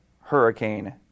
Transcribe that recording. hurricane